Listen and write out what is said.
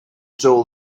told